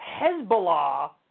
Hezbollah